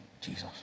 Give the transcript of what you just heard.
Jesus